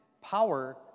power